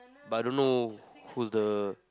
but I don't know who's the